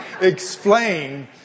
explain